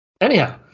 Anyhow